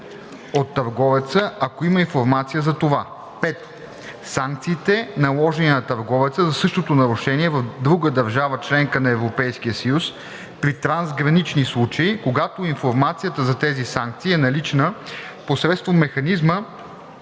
от търговеца, ако има информация за това; 5. санкциите, наложени на търговеца за същото нарушение в друга държава – членка на Европейския съюз, при трансгранични случаи, когато информацията за тези санкции е налична, посредством механизма